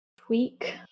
tweak